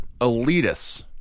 elitists